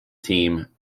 team